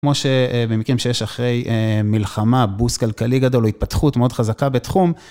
כמו שבמקרים שיש אחרי מלחמה, בוסט כלכלי גדול, או התפתחות מאוד חזקה בתחום.